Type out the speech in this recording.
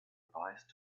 advised